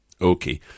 Okay